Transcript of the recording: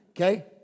Okay